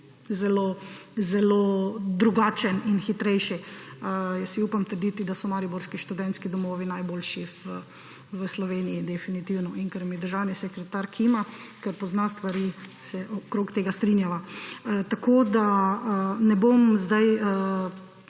zelo drugačen in hitrejši. Si upam trditi, da so mariborski študentski domovi najboljši v Sloveniji definitivno. In ker mi državni sekretar kima, ker pozna stvari, se okrog tega strinjava. Tako ne bom zdaj